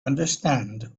understand